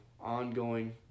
ongoing